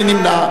מי נמנע?